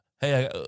hey